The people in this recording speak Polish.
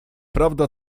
prawda